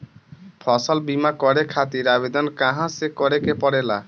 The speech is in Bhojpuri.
फसल बीमा करे खातिर आवेदन कहाँसे करे के पड़ेला?